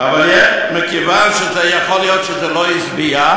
אבל מכיוון שיכול להיות שזה לא השביע,